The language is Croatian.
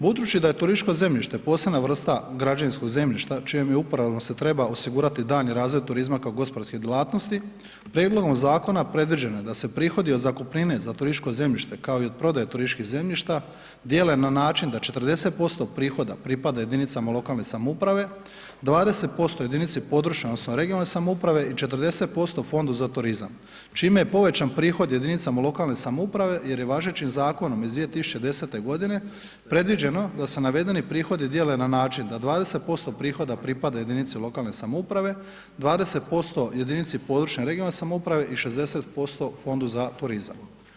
Budući da je turističko zemljište posebna vrsta građevinskog zemljišta čijom uporabom se treba osigurati daljnji razvoj turizma kao gospodarske djelatnosti, prijedlogom zakona predviđeno je da se prihodi od zakupnine za turističko zemljište kao i od prodaje turističkih zemljišta dijele na način da 40% prihoda pripada jedinicama lokalne samouprave, 20% jedinici područne odnosno regionalne samouprave i 40% fondu za turizam čime je povećan prihod jedinicama lokalne samouprave jer je važećim zakonom iz 2010. godine predviđeno da se navedeni prihodi dijele na način da 20% prihoda pripada jedinici lokalne samouprave, 20% jedinici područne (regionalne) samouprave i 60% fondu za turizam.